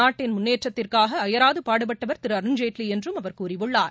நாட்டின் முன்னேற்றத்திற்காக அயராது பாடுபட்டவர் திரு அருண்ஜேட்லி என்றும் அவர் கூறியுள்ளார்